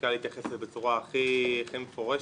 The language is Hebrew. ושהמנכ"ל התייחס לזה בצורה הכי מפורשת,